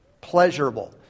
Pleasurable